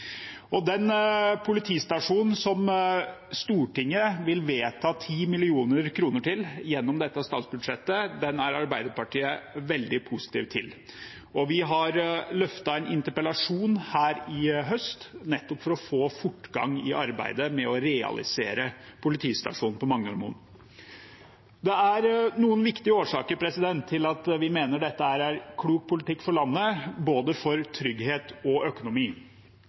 terreng. Den politistasjonen Stortinget vil vedta 10 mill. kr til gjennom dette statsbudsjettet, er Arbeiderpartiet veldig positive til. Vi har løftet den fram i en interpellasjon her i høst nettopp for å få fortgang i arbeidet med å realisere politistasjonen på Magnormoen. Det er noen viktige årsaker til at vi mener dette er klok politikk for landet, for både trygghet og økonomi.